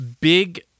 big